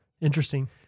Interesting